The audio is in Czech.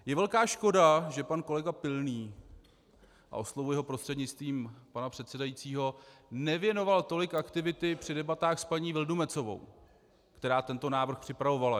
Je velká škoda, že pan kolega Pilný, a oslovuji ho prostřednictvím pana předsedajícího, nevěnoval tolik aktivity při debatách s paní Vildumetzovou, která tento návrh připravovala.